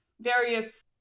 various